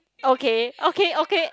okay okay okay